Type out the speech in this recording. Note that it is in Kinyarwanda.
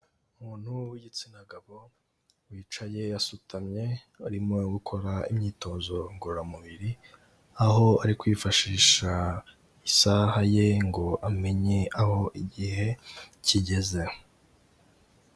Umuntu w'igitsina gabo wicaye asutamye, arimo gukora imyitozo ngororamubiri, aho ari kwifashisha isaha ye ngo amenye aho igihe kigeze.